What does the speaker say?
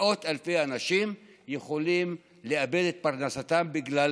מאות אלפי אנשים יכולים לאבד את פרנסתם בגלל